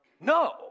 No